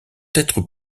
être